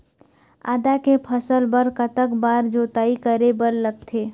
आदा के फसल बर कतक बार जोताई करे बर लगथे?